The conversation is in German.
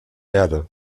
erde